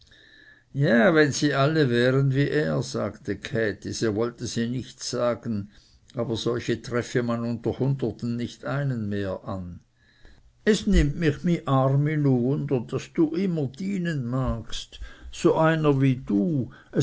ja wenn sie alle wären wie er sagte käthi so wollte sie nichts sagen aber solche treffe man unter hunderten nicht einen mehr an es nimmt mich my armi nur wunder daß du immer dienen magst so einer wie du